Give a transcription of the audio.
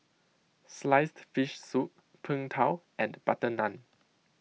Sliced Fish Soup Png Tao and Butter Naan